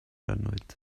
annwyd